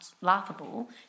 laughable